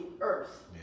earth